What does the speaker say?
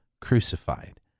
crucified